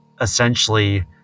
essentially